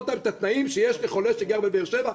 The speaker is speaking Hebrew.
אותם את התנאים שיש לחולה שגר בבאר שבע,